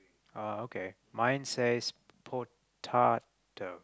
oh okay mine says potato